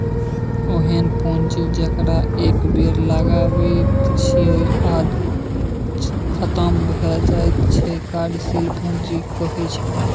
ओहेन पुंजी जकरा एक बेर लगाबैत छियै आ खतम भए जाइत छै कार्यशील पूंजी कहाइ छै